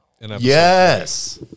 Yes